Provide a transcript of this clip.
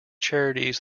charities